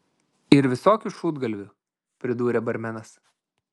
ir visokių šūdgalvių pridūrė barmenas